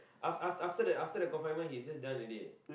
af~ af~ after that after that confinement he's just done already